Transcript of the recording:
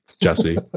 Jesse